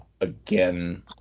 again